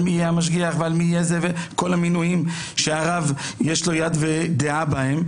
על מי יהיה המשגיח וכל המינויים שלרב יש דעה בהם.